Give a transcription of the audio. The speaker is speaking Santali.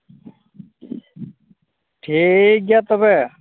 ᱴᱷᱤᱠ ᱜᱮᱭᱟ ᱛᱚᱵᱮ